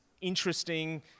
interesting